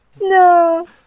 no